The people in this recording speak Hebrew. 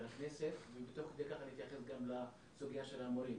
הכנסת ותוך כדי כך אני אתייחס גם לסוגיה של המורים.